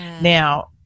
Now